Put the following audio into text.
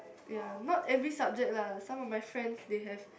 ya not every subject lah some of my friends they have